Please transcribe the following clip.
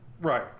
Right